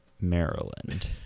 Maryland